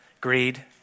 Greed